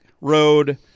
Road